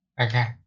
okay